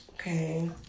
okay